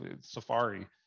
Safari